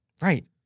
Right